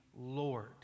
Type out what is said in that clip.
Lord